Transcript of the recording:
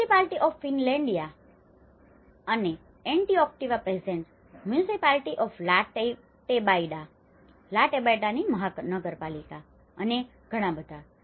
municipality of Finlandia municipality of Finlandia ફિનલેન્ડિયાની નગરપાલિકા અને 'Antioquia present' municipality of La Tebaida municipality of La Tebaida લા ટેબાઇડાની નગરપાલિકા અને ઘણા બધા